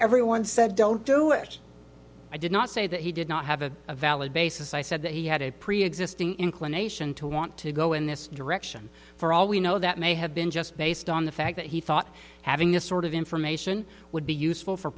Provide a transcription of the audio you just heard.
everyone said don't do it i did not say that he did not have a valid basis i said that he had a preexisting inclination to want to go in this direction for all we know that may have been just based on the fact that he thought having a sort of information would be useful for